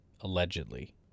allegedly